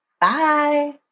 Bye